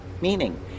meaning